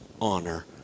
honor